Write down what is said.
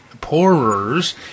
pourers